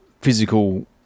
physical